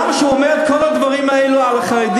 למה כשהוא אומר את כל הדברים האלה על החרדים,